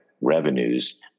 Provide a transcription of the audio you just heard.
revenues